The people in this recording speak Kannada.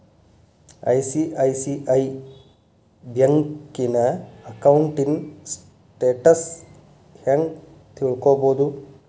ಐ.ಸಿ.ಐ.ಸಿ.ಐ ಬ್ಯಂಕಿನ ಅಕೌಂಟಿನ್ ಸ್ಟೆಟಸ್ ಹೆಂಗ್ ತಿಳ್ಕೊಬೊದು?